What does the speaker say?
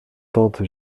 tente